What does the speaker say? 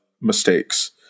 mistakes